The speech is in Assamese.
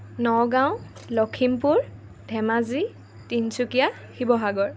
নগাঁও লখিমপুৰ ধেমাজী তিনিচুকীয়া শিৱসাগৰ